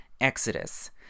Exodus